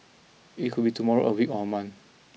it could be tomorrow a week or a month